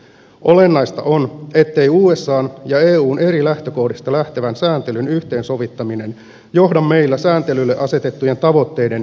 olennaista on ettei usan ja eun eri lähtökohdista lähtevän sääntelyn yhteensovittaminen johda meillä sääntelylle asetettujen tavoitteiden vesittymiseen